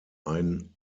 ein